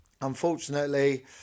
unfortunately